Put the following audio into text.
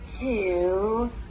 Two